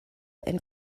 and